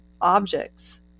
objects